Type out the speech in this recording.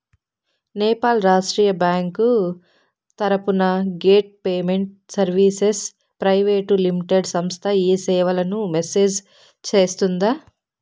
Nepal Rashtriya bank తరపున gate payment services private limited సంస్థ ఈ సేవలను మేనేజ్ సేస్తుందా?